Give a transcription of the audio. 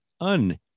un